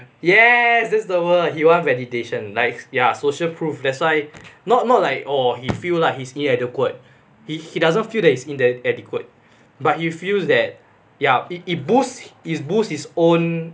yes that's the word he want validation likes ya social proof that's why not not like oh he feel like he's inadequate he he doesn't feel that he's inadequate but he feels that ya he he boasts his boost his own